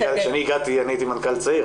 כשאני הגעתי אני הייתי מנכ"ל צעיר,